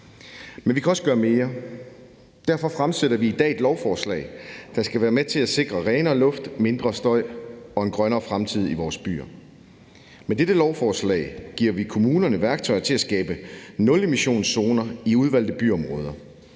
Men vi kan også gøre mere. Derfor fremsætter vi i dag et lovforslag, der skal være med til at sikre renere luft, mindre støj og en grønnere fremtid i vores byer. Med dette lovforslag giver vi kommunerne værktøjer til at skabe nulemissionszoner i udvalgte byområder.